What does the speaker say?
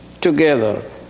together